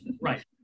right